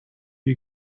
you